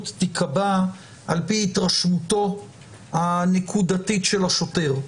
תיקבע על פי התרשמותו הנקודתית של השוטר,